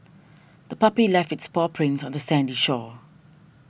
the puppy left its paw prints on the sandy shore